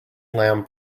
lamb